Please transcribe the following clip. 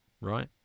Right